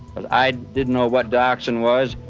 i didn't know what dioxin was,